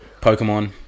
Pokemon